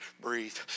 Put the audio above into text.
Breathe